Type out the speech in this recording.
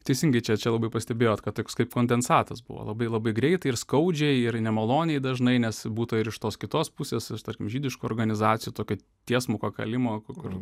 teisingai čia čia labai pastebėjot kad toks kaip kondensatas buvo labai labai greitai ir skaudžiai ir nemaloniai dažnai nes būta ir iš tos kitos pusės tarkim žydiškų organizacijų tokio tiesmuko kalimo kur